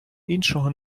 іншого